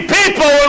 people